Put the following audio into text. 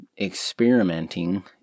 experimenting